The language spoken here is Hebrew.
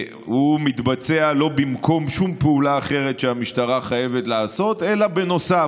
מתבצע לא במקום שום פעולה אחרת שהמשטרה חייבת לעשות אלא בנוסף.